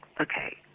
okay